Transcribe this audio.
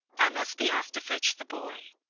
i must be off to fetch the boy.